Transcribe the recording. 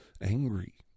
angry